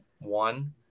one